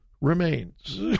remains